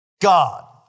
God